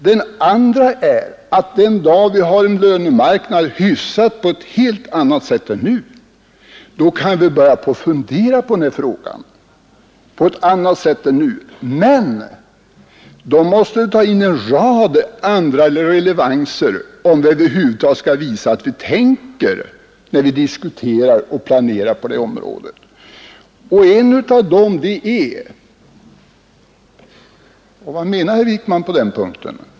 Den andra är att den dag vi har en lönemarknad, hyfsad på ett helt annat sätt än nu, då kan vi börja fundera på den här saken på ett annat sätt än nu, men då måste vi ta in en rad andra relevanser om vi skall visa att vi över huvud taget tänker när vi diskuterar och planerar på detta område. En av dessa frågor är — vad menar herr Wijkman på den punkten?